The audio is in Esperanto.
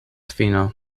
fino